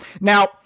Now